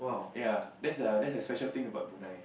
ya that's the that's the special thing about Brunei